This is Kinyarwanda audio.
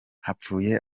hapfuye